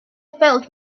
felt